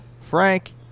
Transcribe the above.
frank